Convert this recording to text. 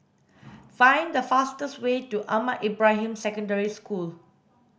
find the fastest way to Ahmad Ibrahim Secondary School